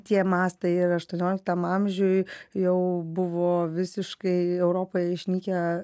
tie mastai ir aštuonioliktam amžiuj jau buvo visiškai europoje išnykę